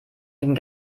den